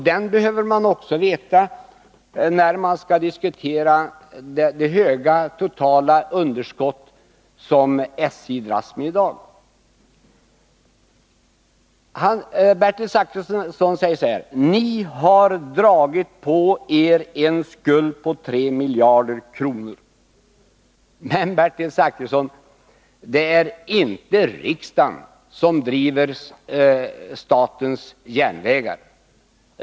Den behöver man också veta när man skall diskutera det höga totala underskott som SJ dras med i dag. Bertil Zachrisson säger så här: Ni har dragit på er en skuld på 3 miljarder kronor. Men, Bertil Zachrisson, det är inte riksdagen som driver statens järnvägar.